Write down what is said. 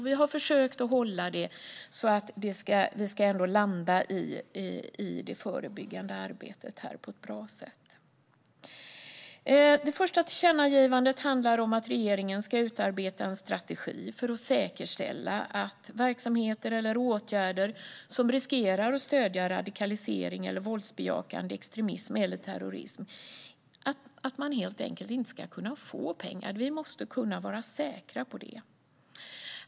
Vi har försökt att hålla det så att det ska landa i det förebyggande arbetet på ett bra sätt. Det första tillkännagivandet handlar om att regeringen ska utarbeta en strategi för att säkerställa att verksamheter eller åtgärder som riskerar att stödja radikalisering, våldsbejakande extremism eller terrorism inte ska kunna få pengar. Vi måste kunna vara säkra på det.